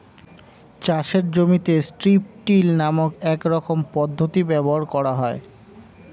চাষের জমিতে strip till নামক এক রকমের পদ্ধতি ব্যবহার করা হয়